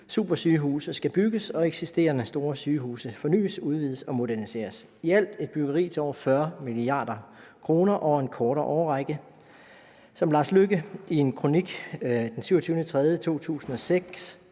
supersygehuse skal bygges og eksisterende store sygehuse fornyes, udvides og moderniseres. Det er et byggeri til over 40 mia. kr. over en kortere årrække. Hr. Lars Løkke Rasmussen beskrev